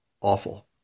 awful